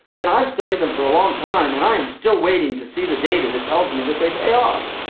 and i've studied them for a long time and i'm still waiting to see the data that tells me that they pay off.